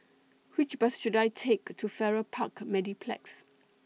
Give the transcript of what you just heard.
Which Bus should I Take to Farrer Park Mediplex